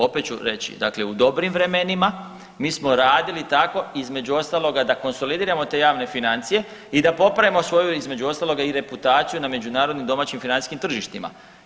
Opet ću reći, dakle u dobrim vremenima mi smo radili tako između ostaloga da konsolidiramo te javne financije i da popravimo svoju između ostaloga i reputaciju na međunarodnim domaćim financijskim tržištima.